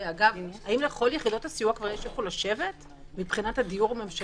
האם לכל יחידות הסיוע יש כבר איפה לשבת מבחינת הדיור הממשלתי?